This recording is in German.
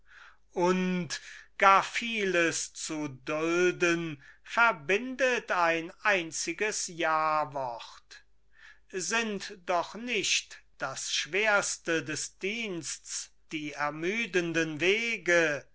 und gar vieles zu dulden verbindet ein einziges jawort sind doch nicht das schwerste des diensts die ermüdenden wege